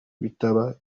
bitaba